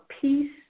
peace